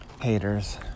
Haters